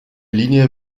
linie